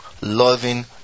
Loving